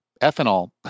ethanol